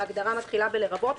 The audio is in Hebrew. וההגדרה מתחילה ב"לרבות",